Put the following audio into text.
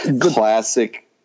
Classic